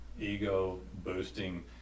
ego-boosting